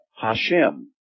Hashem